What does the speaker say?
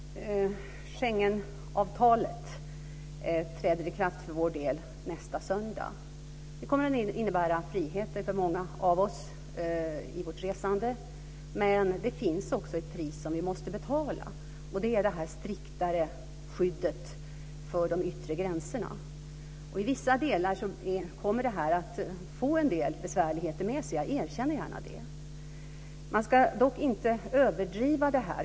Fru talman! Schengenavtalet träder för vår del i kraft nästa söndag. Det kommer att innebära en frihet för många av oss i vårt resande. Men det finns också ett pris som vi måste betala, och det är det här striktare skyddet för de yttre gränserna. Delvis kommer det här att föra vissa besvärligheter med sig, jag erkänner gärna det. Man ska dock inte överdriva detta.